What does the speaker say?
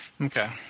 Okay